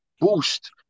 boost